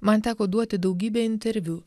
man teko duoti daugybę interviu